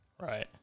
Right